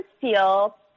feel